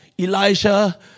Elijah